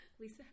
Lisa